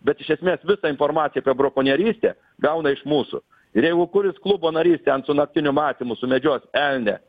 bet iš esmės visą informaciją apie brakonierystę gauna iš mūsų ir jeigu kuris klubo narys ten su naktiniu matymu sumedžios elnią